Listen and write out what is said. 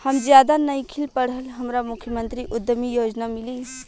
हम ज्यादा नइखिल पढ़ल हमरा मुख्यमंत्री उद्यमी योजना मिली?